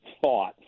thought